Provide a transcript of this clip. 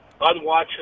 unwatchable